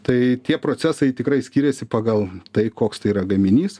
tai tie procesai tikrai skiriasi pagal tai koks tai yra gaminys